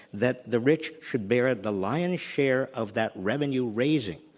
that the rich should bear the lion's share of that revenue raising,